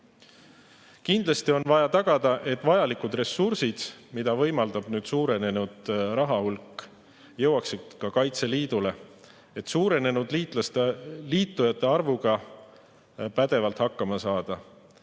Kindlasti on vaja tagada, et vajalikud ressursid, mida võimaldab nüüd suurenenud rahahulk, jõuaksid ka Kaitseliidule, et suurenenud liitujate arvuga pädevalt hakkama saada.